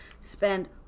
spend